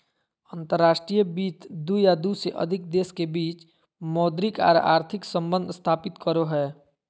अंतर्राष्ट्रीय वित्त दू या दू से अधिक देश के बीच मौद्रिक आर आर्थिक सम्बंध स्थापित करो हय